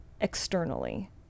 externally